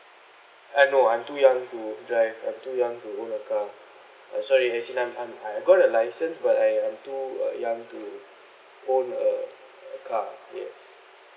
ah no I'm too young to drive I'm too young to own a car uh sorry as in I'm I'm I got a license but I'm I'm too young to own a a car yes